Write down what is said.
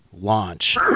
launch